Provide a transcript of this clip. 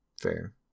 Fair